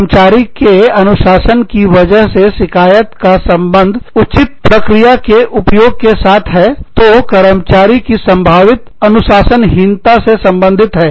कर्मचारी के अनुशासन की वजह से शिकायत का संबंध उचित प्रक्रिया के उपयोग के साथ है तो कर्मचारी की संभावित अनुशासनहीनता से संबंधित है